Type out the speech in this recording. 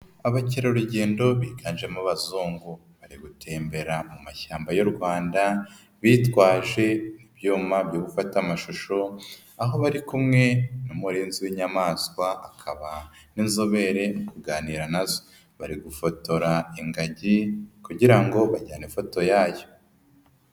Abakerarugendo biganjemo abazungu, bari gutembera mu mashyamba y'u Rwanda. Bitwaje ibyuma byo gufata amashusho. Aho bari kumwe n'umurinzi w'inyamaswa, akaba n'inzobere kuganira nazo. Bari gufotora ingagi kugira ngo bajyane ifoto yayo.